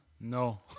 No